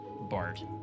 Bart